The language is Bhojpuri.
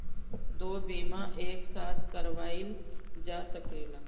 दो बीमा एक साथ करवाईल जा सकेला?